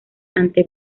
ante